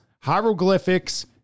hieroglyphics